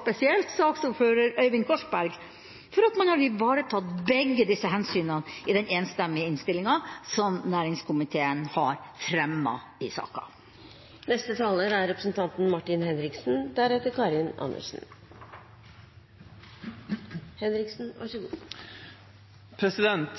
spesielt saksordfører Øyvind Korsberg, for at man har ivaretatt begge disse hensynene i den enstemmige innstillinga som næringskomiteen har fremmet i saken.